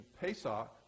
Pesach